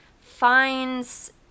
finds